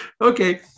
okay